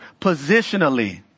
positionally